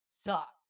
sucks